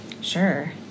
Sure